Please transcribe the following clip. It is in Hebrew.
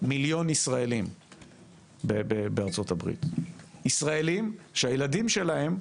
מיליון ישראלים בארצות-הברית, ישראלים שילדיהם,